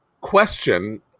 question